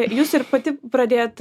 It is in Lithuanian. jūs ir pati pradėjot